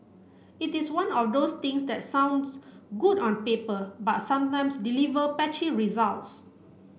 it is one of those things that sounds good on paper but sometimes deliver patchy results